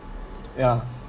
yeah